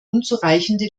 unzureichende